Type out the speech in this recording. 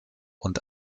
und